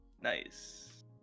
nice